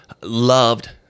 loved